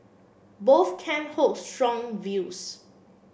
both camp hold strong views